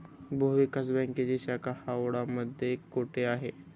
भूविकास बँकेची शाखा हावडा मध्ये कोठे आहे?